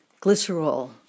glycerol